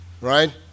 right